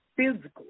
physical